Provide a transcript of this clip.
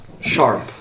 sharp